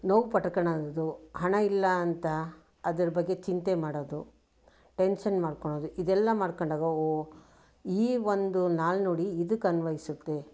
ನೋವು ಪಟ್ಕೊಳ್ಳೋದು ಹಣ ಇಲ್ಲ ಅಂತ ಅದರ ಬಗ್ಗೆ ಚಿಂತೆ ಮಾಡೋದು ಟೆನ್ಶನ್ ಮಾಡ್ಕೊಳ್ಳೋದು ಇದೆಲ್ಲ ಮಾಡ್ಕೊಂಡಾಗ ಓ ಈ ಒಂದು ನಾಣ್ಣುಡಿ ಇದಕ್ಕೆ ಅನ್ವಯಿಸುತ್ತೆ